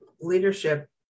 leadership